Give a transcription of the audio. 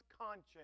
conscience